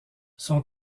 son